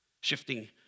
shifting